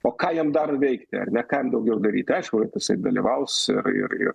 o ką jam dar veikti ar ne ką jam daugiau darytiaišku kad jisai dalyvaus ir ir